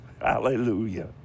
hallelujah